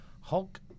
Hulk